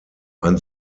ein